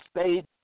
State